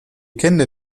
kennen